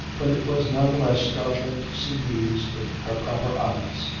but it was none the less startling to see these with her proper eyes.